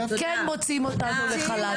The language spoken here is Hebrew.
כן מוציאים אותנו לחל"ת.